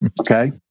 Okay